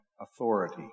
authority